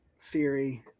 Theory